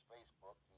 Facebook